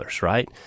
right